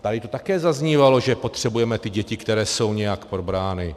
Tady to také zaznívalo, že potřebujeme ty děti, které jsou nějak probrány.